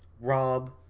Rob